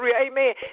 Amen